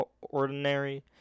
ordinary